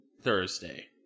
Thursday